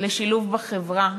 לשילוב בחברה.